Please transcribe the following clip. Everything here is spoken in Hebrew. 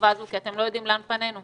והחובה הזו כי אתם לא יודעים לאן פנינו.